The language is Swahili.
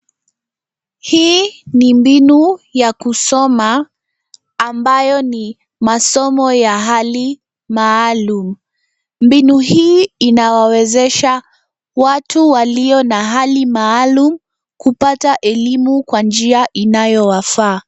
Hii ni mbinu ya kusoma ambayo ni masomo ya hali maalum. Mbinu hii inawawezesha watu walio na hali maalum kupata elimu kwa njia inayowafaa.